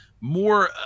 more –